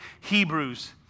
Hebrews